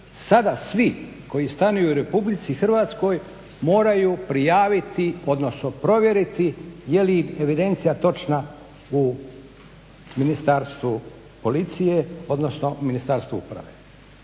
sada svi koji stanuju u Republici Hrvatskoj moraju prijaviti, odnosno provjeriti je li evidencija točna u Ministarstvu policije, odnosno Ministarstvu uprave.